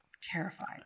Terrified